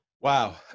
Wow